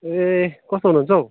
ए कस्तो हुनुहुन्छ हौ